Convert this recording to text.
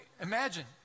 imagine